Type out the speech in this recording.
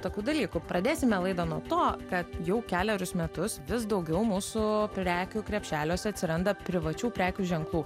tokių dalykų pradėsime laidą nuo to kad jau kelerius metus vis daugiau mūsų prekių krepšeliuose atsiranda privačių prekių ženklų